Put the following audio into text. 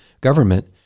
government